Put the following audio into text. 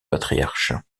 patriarche